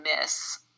miss